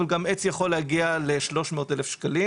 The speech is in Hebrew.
אבל גם עץ יכול להגיע ל-300 אלף שקלים,